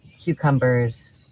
cucumbers